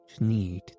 need